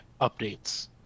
updates